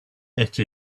ate